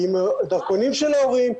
עם דרכונים של ההורים,